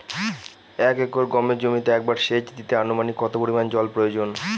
এক একর গমের জমিতে একবার শেচ দিতে অনুমানিক কত পরিমান জল প্রয়োজন?